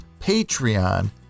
Patreon